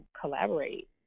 collaborate